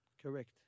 Correct